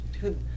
Dude